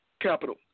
capital